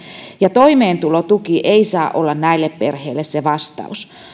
ja toimeentulotuki ei saa olla näille perheille se vastaus